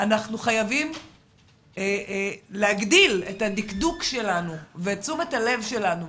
אנחנו חייבים להגדיל את הדקדוק שלנו ואת תשומת הלב שלנו,